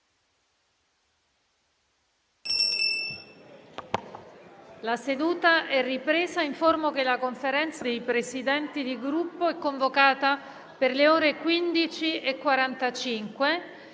una nuova finestra"). Informo che la Conferenza dei Presidenti di Gruppo è convocata per le ore 15,45.